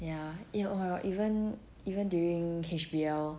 ya eh !walao! even even during H_B_L lor